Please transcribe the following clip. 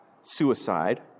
suicide